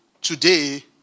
today